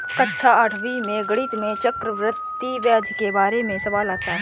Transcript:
कक्षा आठवीं में गणित में चक्रवर्ती ब्याज के बारे में सवाल आता है